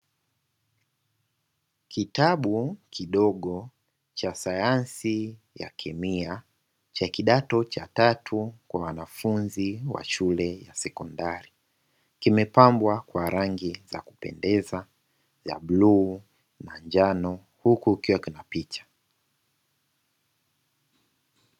Kitabu kidogo cha sayansi ya kemia cha kidato cha tatu kwa wanafunzi wa shule ya sekondari, kimepambwa kwa rangi za kupendeza ya bluu na njano huku kikiwa kina picha.